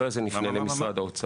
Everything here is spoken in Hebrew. אחרי זה נפנה למשרד האוצר.